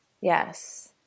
Yes